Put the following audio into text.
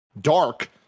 dark